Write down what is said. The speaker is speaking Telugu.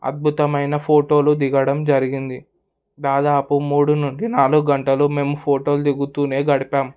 అద్భుతమైన ఫోటోలు దిగడం జరిగింది దాదాపు మూడు నుండి నాలుగు గంటలు మేము ఫోటోలు దిగుతూనే గడిపాం